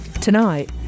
tonight